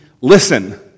listen